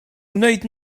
wneud